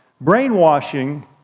Brainwashing